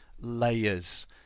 layers